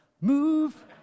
move